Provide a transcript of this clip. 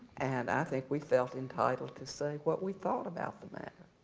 and i think we felt entitled to say what we thought about the matter.